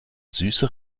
süße